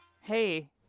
Hey